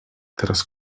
teraz